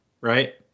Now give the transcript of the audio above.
right